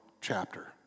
chapter